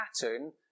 pattern